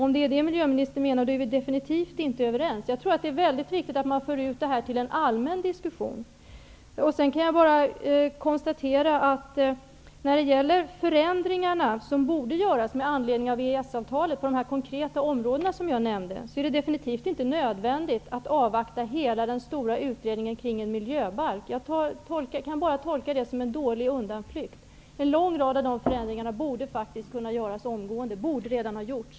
Om det är det som miljöministern menar, är vi definitivt inte överens. Jag tror nämligen att det är väldigt viktigt att det här förs ut till en allmän diskussion. När det gäller de förändringar på de konkreta områden som jag nämnt och som borde göras med anledning av EES-avtalet vill jag framhålla att det definitivt inte är nödvändigt att avvakta hela den stora utredningen kring en miljöbalk. Jag kan bara tolka det som sägs här som en dålig undanflykt. En lång rad av förändringarna borde faktiskt kunna göras omgående -- ja, borde redan ha gjorts.